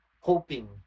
hoping